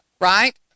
right